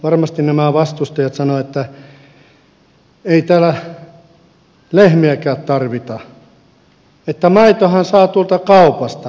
varmasti kohta nämä vastustajat sanovat että ei täällä lehmiäkään tarvita että maitoahan saa tuolta kaupasta mitä me niillä tehdään